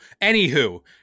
Anywho